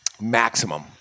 maximum